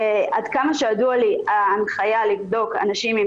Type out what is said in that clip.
עד כמה שידוע לי ההנחיה לבדוק אנשים עם